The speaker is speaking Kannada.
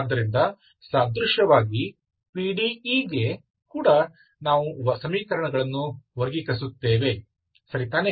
ಆದ್ದರಿಂದ ಸಾದೃಶ್ಯವಾಗಿ ಪಿಡಿಇ ಗೆ ಕೂಡ ನಾವು ಸಮೀಕರಣವನ್ನು ವರ್ಗೀಕರಿಸುತ್ತೇವೆ ಸರಿತಾನೇ